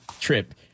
trip